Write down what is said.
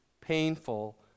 painful